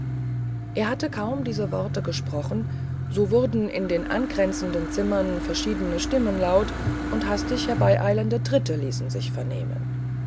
er hatte kaum diese worte gesprochen so wurden in den angrenzenden zimmern verschiedene stimmen laut und hastig herbeieilende tritte ließen sich vernehmen